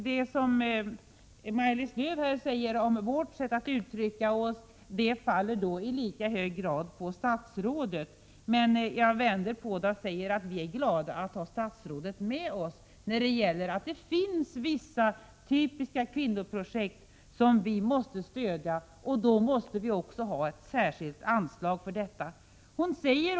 Det som Maj-Lis Lööw säger om vårt sätt att uttrycka oss faller i lika hög grad på statsrådet. Jag vänder på det och säger att vi är glada att ha statsrådet med oss när det gäller vissa typiska kvinnoprojekt som vi måste stödja. Då måste vi ha ett särskilt anslag för detta.